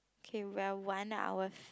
okay we're one hour f~